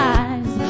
eyes